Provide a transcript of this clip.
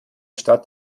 stadt